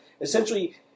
Essentially